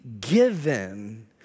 given